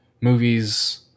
movies